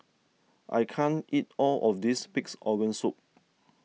I can't eat all of this Pig's Organ Soup